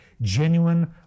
genuine